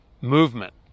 movement